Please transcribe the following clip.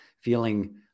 feeling